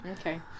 okay